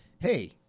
hey